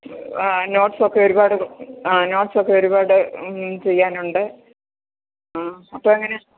ആ നോട്ട്സ് ഒക്കെ ഒരുപാട് ആ നോട്ട്സ് ഒക്കെ ഒരുപാട് ചെയ്യാനുണ്ട് ആ അപ്പോൾ അങ്ങനെ